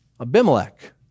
Abimelech